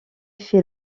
fait